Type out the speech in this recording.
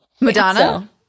Madonna